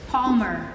Palmer